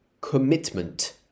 commitment